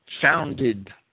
founded